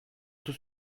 tous